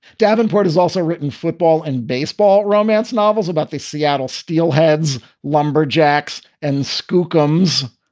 davenport has also written football and baseball romance novels about the seattle steelheads, lumberjacks and scum's.